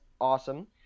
awesome